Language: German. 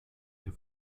der